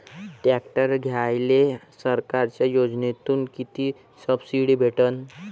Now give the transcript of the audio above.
Tractor घ्यायले सरकारच्या योजनेतून किती सबसिडी भेटन?